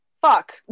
Fuck